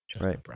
Right